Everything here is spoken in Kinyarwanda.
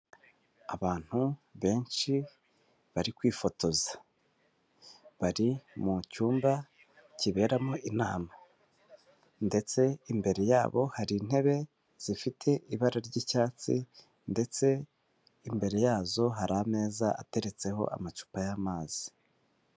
Abantu benshi bari kwifotoza, bari mu cyumba kiberamo inama ndetse imbere yabo hari intebe zifite ibara ry'icyatsi, ndetse imbere yazo hari ameza ateretseho amacupa y'amazi.